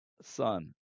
son